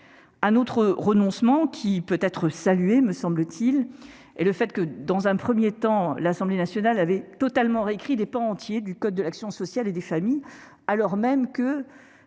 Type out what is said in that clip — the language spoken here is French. Un autre renoncement peut, me semble-t-il, être salué. Dans un premier temps, l'Assemblée nationale avait totalement réécrit des pans entiers du code de l'action sociale et des familles, alors même que